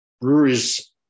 breweries